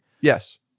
Yes